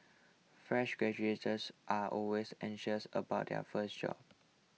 fresh are always anxious about their first job